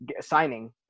Signing